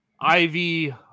Ivy –